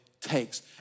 takes